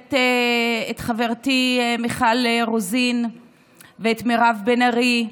בהחלט את חברתי מיכל רוזין ואת מירב בן ארי,